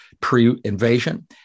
pre-invasion